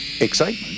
excitement